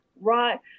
right